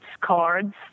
cards